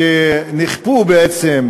שנכפו בעצם,